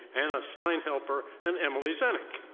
anna steinhepfer, and emily zenick.